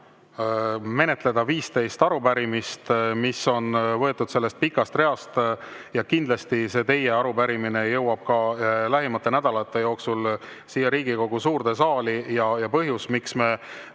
menetleda 15 arupärimist, mis on võetud sellest pikast reast. Kindlasti jõuab ka see teie arupärimine lähimate nädalate jooksul siia Riigikogu suurde saali. Põhjus, miks me